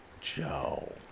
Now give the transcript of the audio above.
Joe